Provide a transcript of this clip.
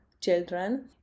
children